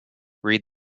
read